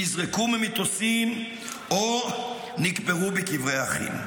נזרקו ממטוסים או נקברו בקברי אחים.